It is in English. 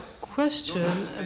question